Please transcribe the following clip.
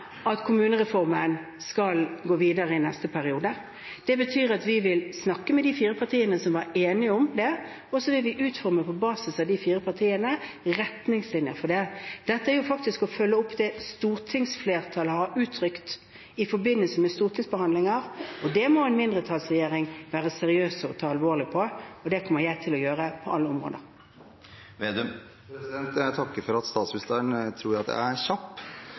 at kommunereformen skal gå videre i neste periode. Det betyr at vi vil snakke med de fire partiene som var enige om det, og så vil vi utforme, på basis av de fire partiene, retningslinjer for det. Dette er faktisk å følge opp det stortingsflertallet har uttrykt i forbindelse med stortingsbehandlingen, og det må en mindretallsregjering være seriøs på og ta alvorlig. Det kommer jeg til å gjøre på alle områder. Jeg takker for at statsministeren tror jeg er kjapp!